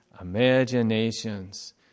Imaginations